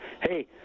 hey